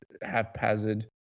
haphazard